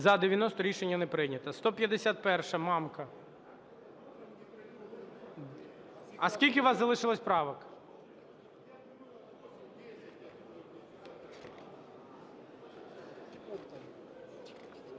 За-90 Рішення не прийнято. 151-а, Мамка. А скільки у вас залишилось правок?